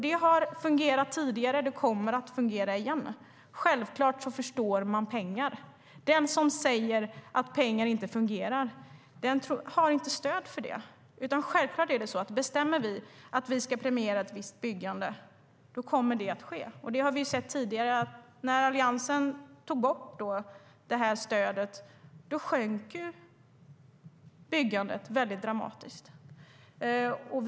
Det har fungerat tidigare. Det kommer att fungera igen. Självklart förstår man pengar. Den som säger att pengar inte fungerar har inte stöd för det. Självklart är det så: Bestämmer vi att vi ska premiera ett visst byggande kommer det att ske. Och vi har sett tidigare att byggandet sjönk dramatiskt när Alliansen tog bort det här stödet.